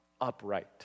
upright